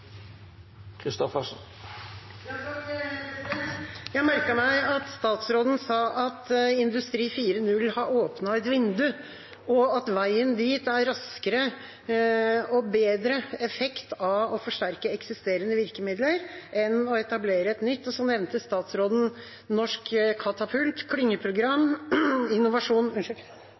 i dag. Jeg merket meg at statsråden sa at industri 4.0 har åpnet et vindu, og at veien dit er raskere og bedre effekt av å forsterke eksisterende virkemidler enn å etablere et nytt. Så nevnte statsråden Norsk katapult, klyngeprogram, Innovasjon